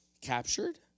Captured